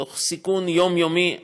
תוך סיכון יומיומי לעצמה.